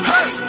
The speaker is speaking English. Hey